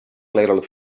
little